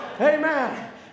Amen